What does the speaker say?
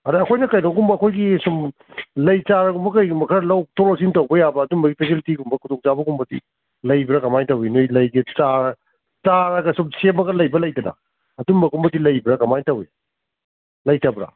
ꯑꯗ ꯑꯩꯈꯣꯏꯅ ꯀꯩꯅꯣꯒꯨꯝꯕ ꯑꯩꯈꯣꯏꯒꯤ ꯁꯨꯝ ꯂꯩ ꯆꯥꯔꯒꯨꯝꯕ ꯀꯩꯒꯨꯝꯕ ꯈꯔ ꯂꯧꯊꯣꯛ ꯂꯧꯁꯤꯟ ꯇꯧꯕ ꯌꯥꯕ ꯑꯗꯨꯝꯕꯒꯤ ꯐꯦꯁꯤꯂꯤꯇꯤꯒꯨꯝꯕ ꯈꯨꯗꯣꯡ ꯆꯥꯕꯒꯨꯝꯕꯗꯤ ꯂꯩꯕ꯭ꯔꯥ ꯀꯃꯥꯏꯅ ꯇꯧꯏ ꯅꯣꯏ ꯂꯩꯒꯤ ꯆꯥꯔ ꯆꯥꯔ ꯑꯁꯨꯛ ꯁꯦꯝꯃꯒ ꯂꯩꯕ ꯂꯩꯗꯅ ꯑꯗꯨꯝꯕꯒꯨꯝꯕꯗꯤ ꯂꯩꯕ꯭ꯔꯥ ꯀꯃꯥꯏꯅ ꯇꯧꯏ ꯂꯩꯇꯕ꯭ꯔꯥ